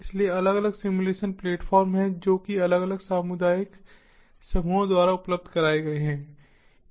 इसलिए अलग अलग सिम्युलेशन प्लेटफॉर्म हैं जो कि अलग अलग सामुदायिक समूहों द्वारा उपलब्ध कराए गए हैं